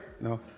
No